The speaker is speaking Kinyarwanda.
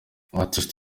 artist